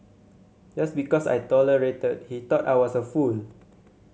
just because I tolerated he thought I was a fool